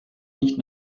nicht